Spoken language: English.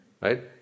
right